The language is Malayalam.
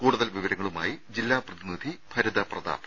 കൂടുതൽ വിവരങ്ങളുമായി ജില്ലാ പ്രതിനിധി ഭരിത പ്രതാപ്